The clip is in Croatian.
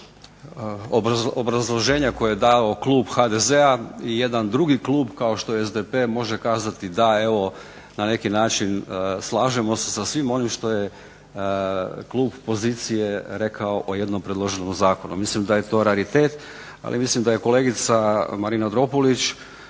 obrazloženja koje je dao klub HDZ-a i jedan drugi klub kao što je SDP može kazati da, evo, na neki način slažemo se sa svim onim što je klub pozicije rekao o jednom predloženom zakonu. Mislim da je to raritet, ali mislim da je kolegica Marina Dropulić